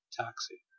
taxi